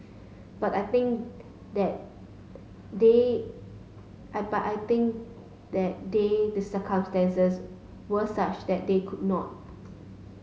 but I think that day I but I think that day the circumstances were such that they could not